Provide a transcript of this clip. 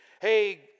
Hey